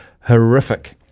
horrific